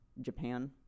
Japan